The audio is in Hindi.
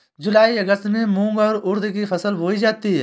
जूलाई अगस्त में मूंग और उर्द की फसल बोई जाती है